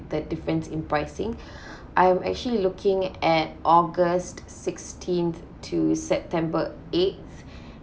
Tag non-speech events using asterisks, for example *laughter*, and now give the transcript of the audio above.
the difference in pricing *breath* I am actually looking at august sixteenth to september eighth